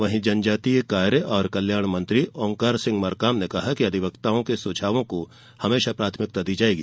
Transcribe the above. वहीं जनजातीय कार्य एवं जनजातीय कल्याण मंत्री ओंकार सिंह मरकाम ने कहा कि अधिवक्ताओं के सुझावों को हमेशा प्राथमिकता दी जायेगी